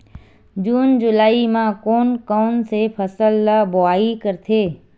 जून जुलाई म कोन कौन से फसल ल बोआई करथे?